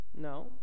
no